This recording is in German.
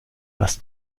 was